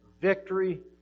victory